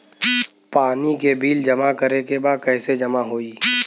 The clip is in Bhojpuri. पानी के बिल जमा करे के बा कैसे जमा होई?